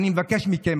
אני מבקש מכם,